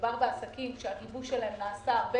מדובר בעסקים שהגיבוש שלהם נעשה הרבה